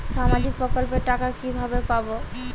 সামাজিক প্রকল্পের টাকা কিভাবে পাব?